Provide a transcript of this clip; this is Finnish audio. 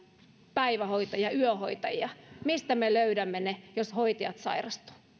päivähoitajia yöhoitajia mistä me löydämme ne jos hoitajat sairastuvat